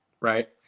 right